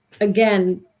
again